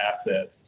assets